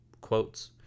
quotes